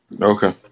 Okay